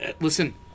Listen